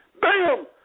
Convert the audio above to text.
bam